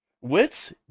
Wits